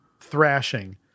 thrashing